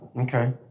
Okay